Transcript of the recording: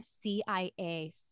CIA